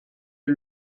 est